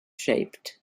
shaped